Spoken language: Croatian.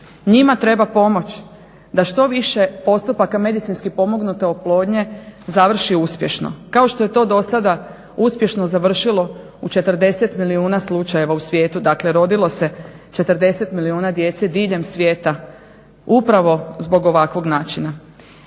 Njima treba pomoći da što više postupaka medicinski pomognute oplodnje završi uspješno kao što je to do sada uspješno završilo u 40 milijuna slučajeva u svijetu, dakle rodilo se 40 milijuna djece diljem svijeta upravo zbog ovakvog načina.